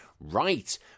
Right